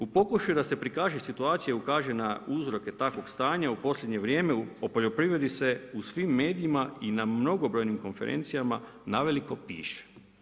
U pokušaju da se prikaže situacija, ukaže na uzroke takvog stanja u posljednje vrijeme, o poljoprivredi se u svim medijima i na mnogobrojnim konferencijama naveliko piše.